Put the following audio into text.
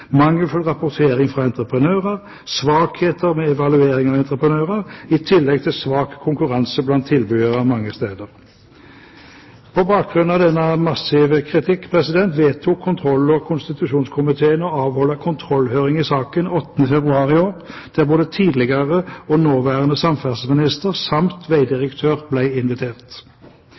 mangelfull rapportering fra entreprenører, svakheter ved evaluering av entreprenører i tillegg til svak konkurranse blant tilbydere mange steder. På bakgrunn av denne massive kritikk vedtok kontroll- og konstitusjonskomiteen å avholde kontrollhøring i saken 8. februar i år, der både tidligere og nåværende samferdselsminister samt vegdirektør ble invitert.